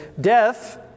Death